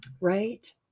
right